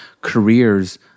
careers